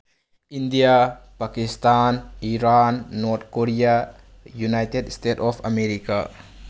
India Pakistan Iran North Korea United States of America